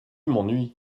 m’ennuies